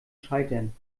schaltern